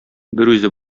берүзе